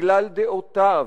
בגלל דעותיו,